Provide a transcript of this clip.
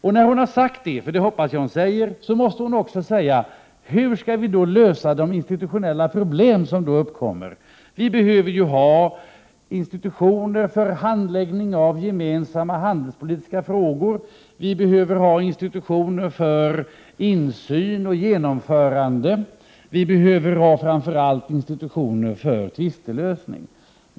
Och när hon har sagt det, eftersom jag hoppas att hon säger det, måste hon också tala om hur de institutionella problemen som uppkommer skall lösas. Vi i Sverige behöver ju ha institutioner för handläggning av gemensamma handelspolitiska frågor, vi behöver ha institutioner för insyn och genomförande, och vi behöver ha institutioner framför allt för tvistelösning.